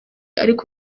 ariko